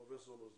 פרופ' מור יוסף,